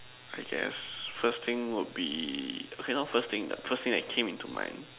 I guess first thing would be okay not first thing first thing that came into mind